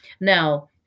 Now